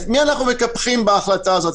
את מי אנחנו מקפחים בהחלטה הזאת?